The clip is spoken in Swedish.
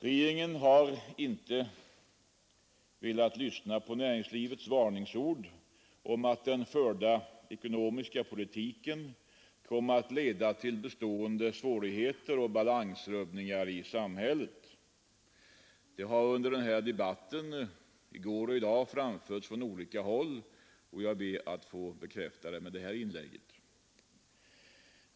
Regeringen har inte velat lyssna på näringslivets varningsord om att den förda ekonomiska politiken kommer att leda till bestående svårigheter och balansrubbningar i samhället. Detta har under debatten i går och i dag framförts från olika håll, och jag ber att få bekräfta det med detta inlägg.